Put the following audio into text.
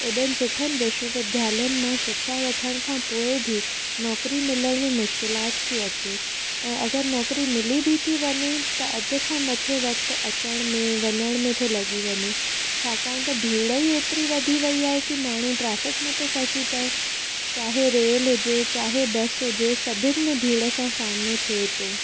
हेॾनि सुठनि विश्वविद्यालयनि मां शिक्षा वठण खां पोइ बि नौकरी मिलण में मुश्किलात थी अचे ऐं अगरि नौकरी मिली बि थी वञे त अधु खां मथे वक़्ति अचण में वञण में थो लॻी वञे छाकाणि त भीड़ ई एतिरी वधी वेई आहे की माण्हू ट्रैफ़िक में थो फासी पए चाहे रेल हुजे चाहे बस हुजे सभिनि में भीड़ सां सामनो थिए थो